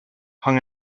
hung